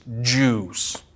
Jews